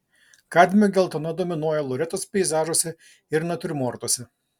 kadmio geltona dominuoja loretos peizažuose ir natiurmortuose